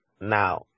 now